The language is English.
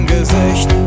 Gesicht